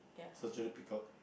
surgery pickup